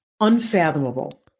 unfathomable